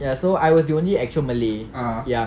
ya so I was the only actual malay yang